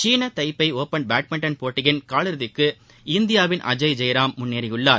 சீன Taipei open badminton போட்டியில் காலிறுதிக்கு இந்தியாவின் அஜய் ஜெயராம் முன்னேறியுள்ள்ார்